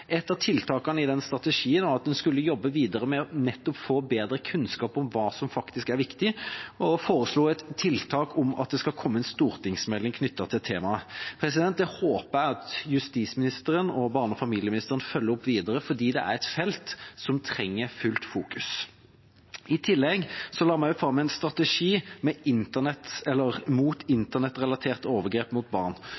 Et av tiltakene i den strategien var at man skulle jobbe videre med nettopp å få bedre kunnskap om hva som faktisk er viktig, og vi foreslo en stortingsmelding om temaet. Det håper jeg justisministeren og barne- og familieministeren følger opp videre, for det er et felt som trenger fullt fokus. I tillegg la vi også fram en strategi mot internettrelaterte overgrep mot